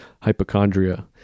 hypochondria